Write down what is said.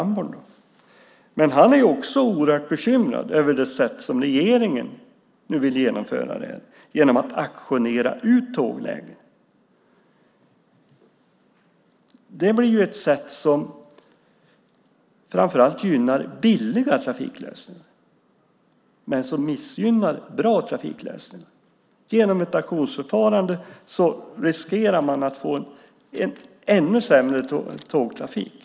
Men också han är oerhört bekymrad över hur regeringen nu vill genomföra detta, nämligen genom att auktionera ut tåglägen. Det gynnar framför allt billiga trafiklösningar och missgynnar bra trafiklösningar. Genom ett auktionsförfarande riskerar man att få en ännu sämre tågtrafik.